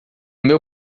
meu